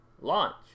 Launch